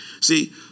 See